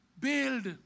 build